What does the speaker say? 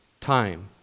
time